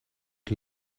het